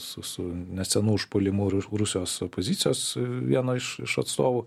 su su nesenu užpuolimu ru rusijos opozicijos vieno iš iš atstovų